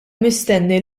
mistenni